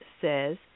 says